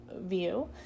view